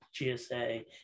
GSA